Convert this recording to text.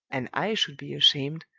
and i should be ashamed,